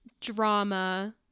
Drama